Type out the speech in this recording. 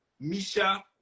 Misha